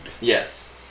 Yes